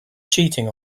cheating